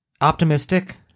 optimistic